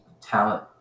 talent